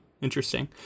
Interesting